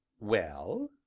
well?